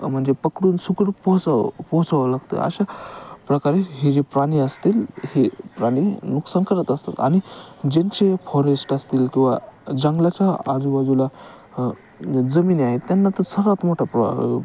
म्हणजे पकडून सुखरूप पोहचाव पोहोचवावं लागतं अशा प्रकारे ही जे प्राणी असतील हे प्राणी नुकसान करत असतात आणि ज्यांचे फॉरेस्ट असतील किंवा जंगलाच्या आजूबाजूला जमिनी आहे त्यांना तर सर्वात मोठा प्र